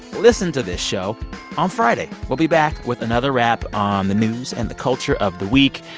listen to this show on friday. we'll be back with another wrap on the news and the culture of the week.